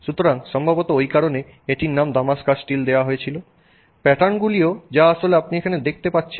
সুতরাং সম্ভবত ওই কারণে এটির নাম দামাস্কাস স্টিল দেওয়া হয়েছিল প্যাটার্ন গুলিও যা আপনি এখানে দেখতে পাচ্ছেন